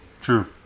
true